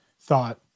thought